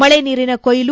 ಮಳೆ ನೀರಿನ ಕೊಯ್ಲು